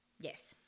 Yes